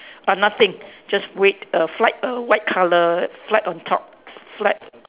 but nothing just weight err flag err white colour flag on top flag